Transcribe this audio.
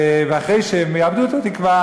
ואחרי שהם יאבדו את התקווה,